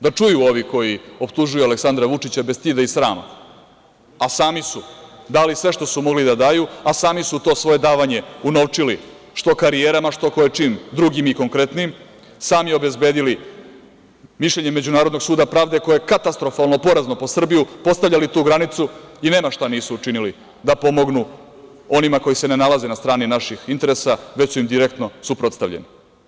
Da čuju ovi koji optužuju Aleksandra Vučića bez stida i srama, a sami su dali sve što su mogli da daju, a sami su to svoje davanje unovčili što karijerama, što koje čim drugim i konkretnim, sami obezbedili mišljenje Međunarodnog suda pravde koje je katastrofalno porazno po Srbiju, postavljali tu granicu i nema šta nisu učinili da pomognu onima koji se ne nalaze na strani naših interesa, već su im direktno suprotstavljeni.